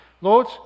lord